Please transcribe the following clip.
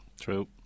true